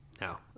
now